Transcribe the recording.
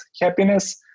happiness